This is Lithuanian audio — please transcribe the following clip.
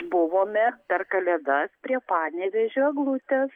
buvome per kalėdas prie panevėžio eglutės